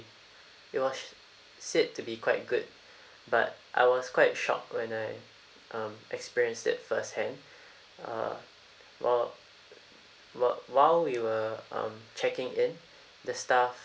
it was said to be quite good but I was quite shocked when I um experienced it firsthand uh while while while we were um checking in the staff